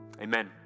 Amen